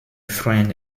friend